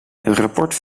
rapport